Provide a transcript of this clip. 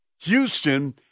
Houston